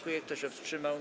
Kto się wstrzymał?